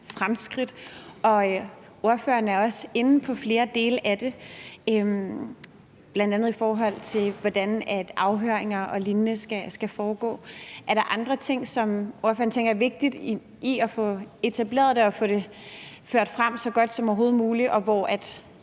fremskridt. Og ordføreren er også inde på flere dele af det, bl.a. i forhold til hvordan afhøringer og lignende skal foregå. Er der andre ting, som ordføreren tænker er vigtige for at få det etableret og ført frem så godt som overhovedet muligt, og hvor vi